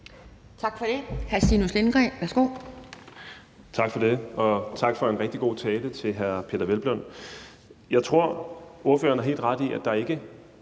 Tak for det.